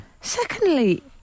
Secondly